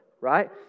right